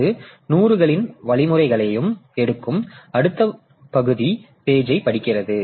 அது 100 களின் வழிமுறைகளையும் எடுக்கும் அடுத்த பகுதி பேஜை படிக்கிறது